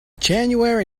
january